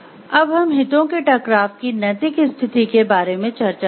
अब हम हितों के टकराव की नैतिक स्थिति के बारे में चर्चा करेंगे